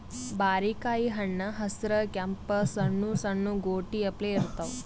ಬಾರಿಕಾಯಿ ಹಣ್ಣ್ ಹಸ್ರ್ ಕೆಂಪ್ ಸಣ್ಣು ಸಣ್ಣು ಗೋಟಿ ಅಪ್ಲೆ ಇರ್ತವ್